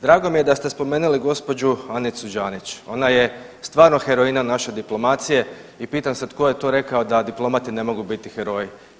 Drago mi je da ste spomenili gđu. Anicu Džanić, ona je stvarno heroina naše diplomacije i pitam se, tko je to rekao da diplomati ne mogu biti heroji.